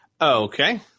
Okay